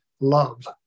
love